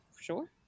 sure